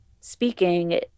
speaking